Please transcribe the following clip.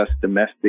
domestic